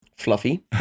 Fluffy